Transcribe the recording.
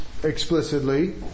Explicitly